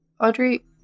Audrey